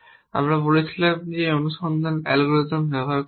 আমরা বলেছিলাম যে আমরা অনুসন্ধান অ্যালগরিদম ব্যবহার করব